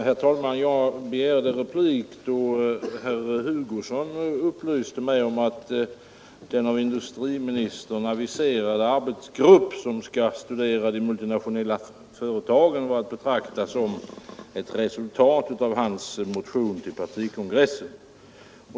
Herr talman! Jag begärde replik då herr Hugosson upplyste mig om att den av industriministern aviserade arbetsgrupp som skall studera de multinationella företagen var att betrakta som ett resultat av hans motion till partikongressen.